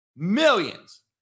millions